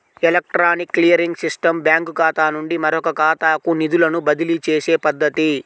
electronic clearing system బ్యాంకుఖాతా నుండి మరొకఖాతాకు నిధులను బదిలీచేసే పద్ధతి